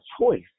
choice